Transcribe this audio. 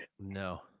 No